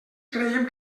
creiem